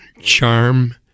charm